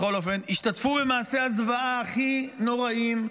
בכל אופן, השתתפו במעשי הזוועה הכי נוראים.